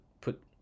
put